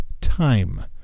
time